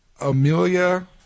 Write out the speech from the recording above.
Amelia